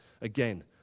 Again